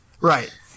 Right